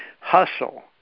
Hustle